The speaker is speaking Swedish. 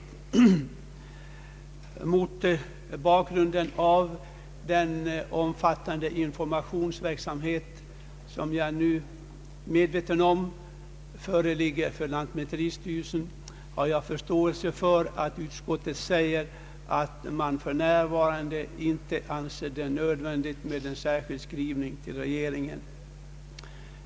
Med kännedom om lantmäteristyrelsens omfattande informationsverksamhet i samband med införandet av fastighetsbildningslagen har jag förståelse för att utskottet för närvarande inte anser det nödvändigt med en särskild skrivelse till regeringen.